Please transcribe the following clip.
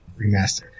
remastered